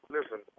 Listen